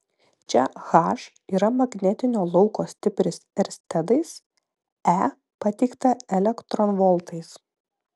čia h yra magnetinio lauko stipris erstedais e pateikta elektronvoltais